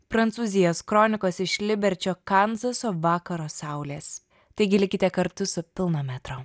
prancūzijos kronikos iš liberčio kanzaso vakaro saulės taigi likite kartu su pilno metro